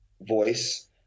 voice